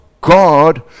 God